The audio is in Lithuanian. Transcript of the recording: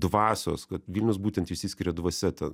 dvasios kad vilnius būtent išsiskiria dvasia ta